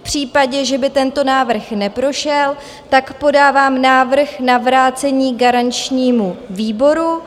V případě, že by tento návrh neprošel, podávám návrh na vrácení garančnímu výboru.